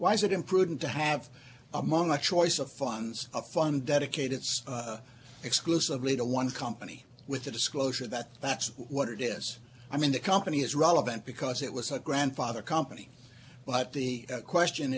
why is it imprudent to have among the choice of funds a fund dedicated exclusively to one company with a disclosure that that's what it is i mean the company is relevant because it was a grandfather company but the question